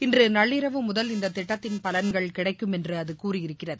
இன்றுநள்ளிரவு முதல் இந்ததிட்டத்தின் பலன்கள் கிடைக்கும் என்றுஅதுகூறியிருக்கிறது